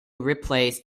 replace